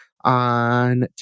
on